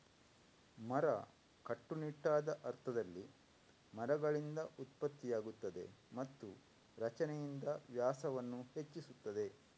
ಮರ, ಕಟ್ಟುನಿಟ್ಟಾದ ಅರ್ಥದಲ್ಲಿ, ಮರಗಳಿಂದ ಉತ್ಪತ್ತಿಯಾಗುತ್ತದೆ ಮತ್ತು ರಚನೆಯಿಂದ ವ್ಯಾಸವನ್ನು ಹೆಚ್ಚಿಸುತ್ತದೆ